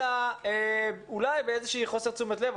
אלא אולי באיזושהי חוסר תשומת לב,